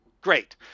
Great